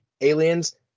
aliens